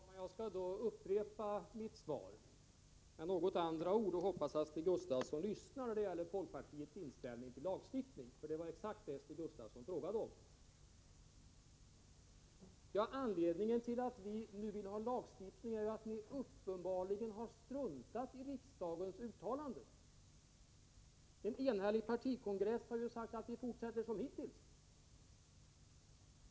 Herr talman! Jag skall då upprepa mitt svar med något andra ord, och jag hoppas att Stig Gustafsson lyssnar när det gäller folkpartiets inställning till lagstiftning, därför att det var exakt det som Stig Gustafsson frågade om. Anledningen till att vi nu vill ha lagstiftning är att ni uppenbarligen har struntat i riksdagens uttalanden. En enhällig partikongress har ju sagt att ni fortsätter som hittills.